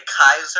kaiser